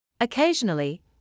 Occasionally